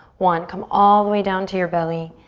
one. come all the way down to your belly.